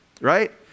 right